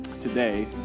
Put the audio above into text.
today